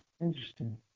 Interesting